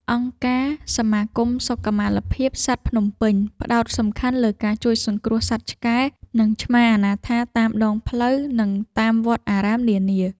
អង្គការ សមាគមសុខុមាលភាពសត្វភ្នំពេញ ផ្ដោតសំខាន់លើការជួយសង្គ្រោះសត្វឆ្កែ និងឆ្មាអនាថាតាមដងផ្លូវ និងតាមវត្តអារាមនានា។